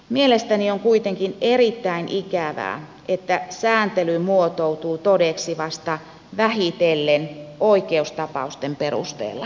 mielestäni on kuitenkin erittäin ikävää että sääntely muotoutuu todeksi vasta vähitellen oikeustapausten perusteella